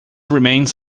remains